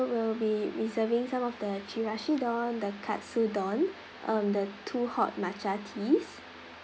we'll be reserving some of the chirashi don the katsu don um the two hot matcha teas